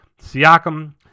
Siakam